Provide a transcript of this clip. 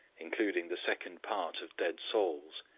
including the second part of dead souls,